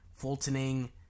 Fultoning